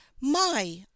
My